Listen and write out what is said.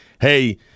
hey